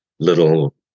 little